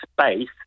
space